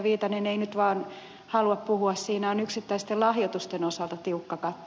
viitanen ei nyt vaan halua puhua yksittäisten lahjoitusten osalta tiukka katto